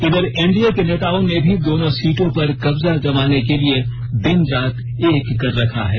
इधर एनडीए के नेता ने भी दोनों सीटों पर कब्जा जमाने के लिए दिन रात एक कर रखा है